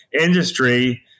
industry